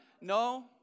No